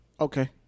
Okay